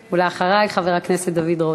ואחרי, חבר הכנסת דוד רותם.